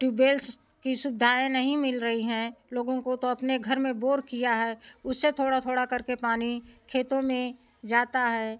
tube well की सुविधाएँ नहीं मिल रहीं हैं लोगों को तो अपने घर में बोर किया हैं उससे थोड़ा थोड़ा करके पानी खेतों में जाता है